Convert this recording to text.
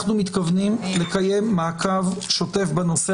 אנחנו מתכוונים לקיים מעקב שוטף אחרי הנושא